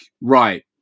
right